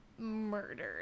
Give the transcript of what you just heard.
murdered